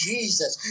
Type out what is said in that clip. Jesus